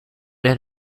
had